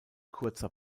kurzer